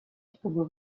чтобы